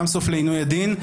שם סוף לעינוי דין,